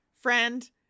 Friend